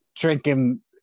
drinking